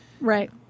Right